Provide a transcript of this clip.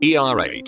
ERH